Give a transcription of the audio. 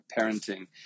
parenting